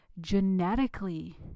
genetically